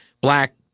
Black